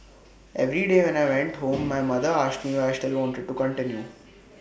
every day when I went home my mother asked me why I still wanted to continue